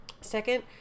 Second